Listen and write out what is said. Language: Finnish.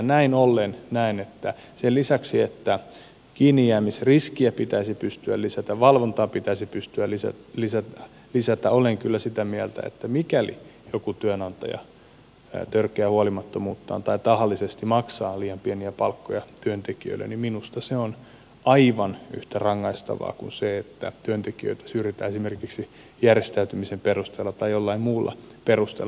näin ollen sen lisäksi että kiinnijäämisriskiä pitäisi pystyä lisäämään valvontaa pitäisi pystyä lisäämään olen kyllä sitä mieltä että mikäli joku työnantaja törkeää huolimattomuuttaan tai tahallisesti maksaa liian pieniä palkkoja työntekijöilleen niin se on aivan yhtä rangaistavaa kuin se että työntekijöitä syrjitään esimerkiksi järjestäytymisen perusteella tai jollain muulla perusteella